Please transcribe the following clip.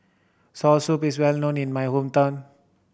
soursop is well known in my hometown